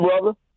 brother